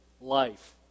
life